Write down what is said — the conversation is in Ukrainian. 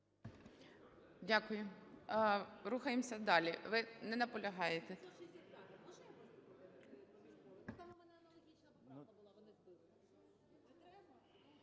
Дякую. Рухаємося далі. Ви не наполягаєте.